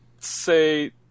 say